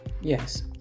Yes